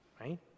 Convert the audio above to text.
right